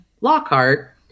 Lockhart